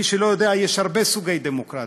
מי שלא יודע, יש הרבה סוגי דמוקרטיות,